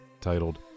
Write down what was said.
titled